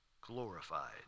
glorified